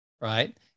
right